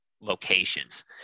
locations